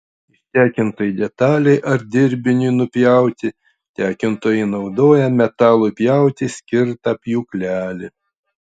ištekintai detalei ar dirbiniui nupjauti tekintojai naudoja metalui pjauti skirtą pjūklelį